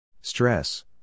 stress